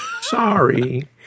Sorry